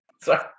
Sorry